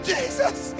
Jesus